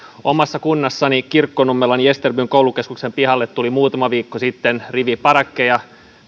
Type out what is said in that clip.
omassa kunnassani kirkkonummella gesterbyn koulukeskuksen pihalle tuli muutama viikko sitten rivi parakkeja